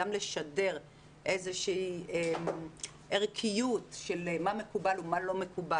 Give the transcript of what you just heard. גם לשדרג איזושהי ערכיות של מה מקובל ומה לא מקובל.